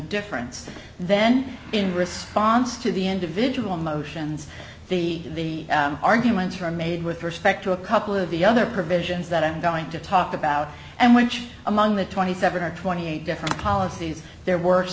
difference then in response to the individual motions the arguments were made with respect to a couple of the other provisions that i'm going to talk about and which among the twenty seven or twenty eight different policies there w